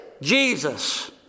Jesus